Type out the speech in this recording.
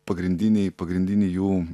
pagrindiniai pagrindiniai jų